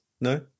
no